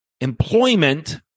employment